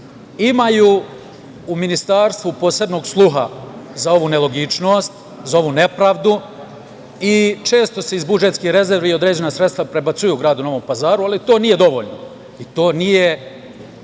imaju u Ministarstvu posebnog sluha za ovu nelogičnost, za ovu nepravdu i često se iz budžetskih rezervi određena sredstva prebacuju gradu Novom Pazaru, ali to nije dovoljno i to nije